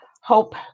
hope